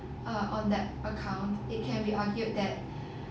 uh on that account it can be argued that